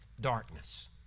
darkness